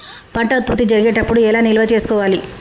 పంట ఉత్పత్తి జరిగేటప్పుడు ఎలా నిల్వ చేసుకోవాలి?